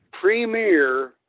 premier